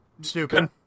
stupid